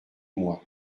mois